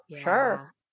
sure